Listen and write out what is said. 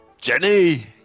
Jenny